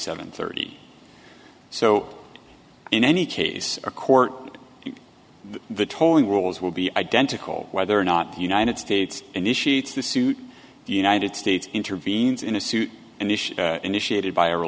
seven thirty so in any case a court the tolling rules will be identical whether or not the united states initiates the suit the united states intervenes in a suit and the initiated by